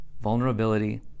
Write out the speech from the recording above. vulnerability